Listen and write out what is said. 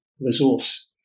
resource